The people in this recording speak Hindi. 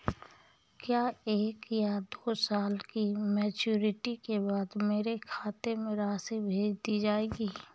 क्या एक या दो साल की मैच्योरिटी के बाद मेरे खाते में राशि भेज दी जाएगी?